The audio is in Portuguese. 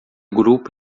grupo